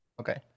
Okay